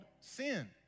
sin